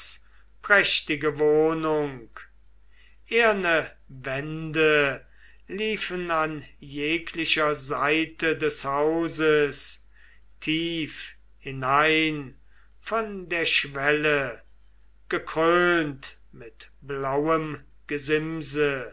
prächtige wohnung eherne wände liefen an jeglicher seite des hauses tief hinein von der schwelle gekrönt mit blauem gesimse